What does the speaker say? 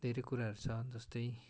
धेरै कुराहरू छ जस्तै